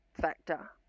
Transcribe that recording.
factor